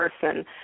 person